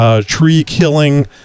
tree-killing